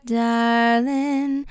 darling